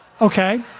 Okay